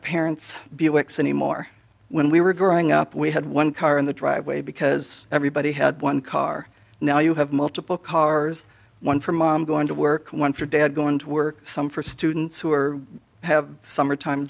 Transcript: parents buicks anymore when we were growing up we had one car in the driveway because everybody had one car now you have multiple cars one for mom going to work one for dad going to work some for students who are have summer time